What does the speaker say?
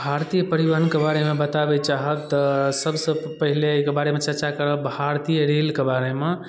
भारतीय परिवहनके बारेमे बताबै चाहब तऽ सबसँ पहिले एहिके बारेमे चर्चा करब भारतीय रेलके बारेमे